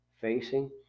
facing